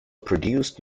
produced